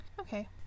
Okay